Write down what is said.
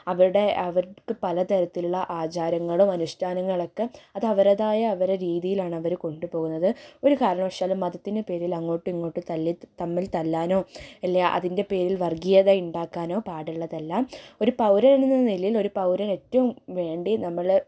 അവരുടെ അവർക്ക് പല തരത്തിലുള്ള ആചാരങ്ങളും അനുഷ്ഠാനങ്ങളൊക്കെ അതവരുടേതായ അവര രീതിയിലാണ് അവർ കൊണ്ടുപോകുന്നത് ഒരു കാരണവശാലും മതത്തിൻ്റെ പേരിൽ അങ്ങോട്ടും ഇങ്ങോട്ടും തല്ലി തമ്മിൽ തല്ലാനൊ അല്ലെങ്കിൽ അതിൻ്റെ പേരിൽ വർഗീയത ഉണ്ടാക്കാനോ പാടുള്ളതല്ല ഒരു പൗരൻ എന്ന നിലയിൽ ഒരു പൗരന് ഏറ്റവും വേണ്ടി നമ്മൾ